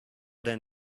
then